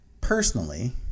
personally